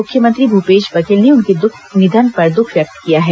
मुख्यमंत्री भूपेश बघेल ने उनके निधन पर दुःख व्यक्त किया है